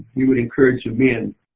he would encourage the men.